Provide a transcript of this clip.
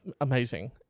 amazing